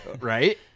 Right